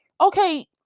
okay